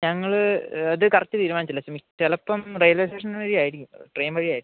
ഞങ്ങൾ അത് കറക്റ്റ് തീരുമാനിച്ചില്ല ചിലപ്പം റെയിൽവേ സ്റ്റേഷൻ വഴിയായിരിക്കും ട്രെയിൻ വഴിയായിരിക്കും